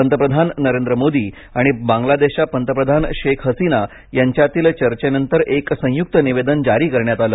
पंतप्रधान नरेंद्र मोदी आणि बांगलादेशच्या पंतप्रधान शेख हसीना यांच्यातील चर्चेनंतर एक संयुक्त निवेदन जारी करण्यात आलं